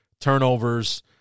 turnovers